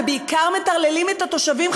ובעיקר מטרללים את התושבים,